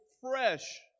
fresh